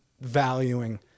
valuing